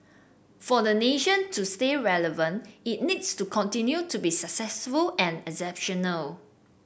for the nation to stay relevant it needs to continue to be successful and exceptional